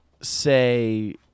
say